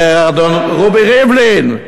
אדון רובי ריבלין,